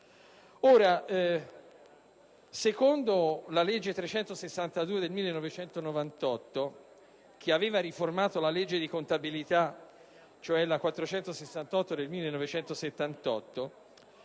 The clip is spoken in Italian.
Secondo la legge n. 362 del 1988, che ha riformato la legge di contabilità, ossia la n. 468 del 1978,